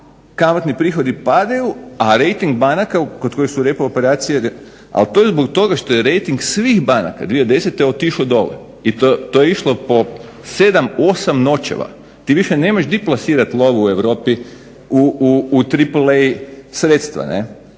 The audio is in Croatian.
kamatni prihodi padaju a rejting banaka kod kojeg su … ali to je zbog toga što je rejting svih banaka 2009. otišao dolje i to je išlo po 7, 8 noćeva. Ti više nemaš di plasirati lovu u Europi u AAA sredstva.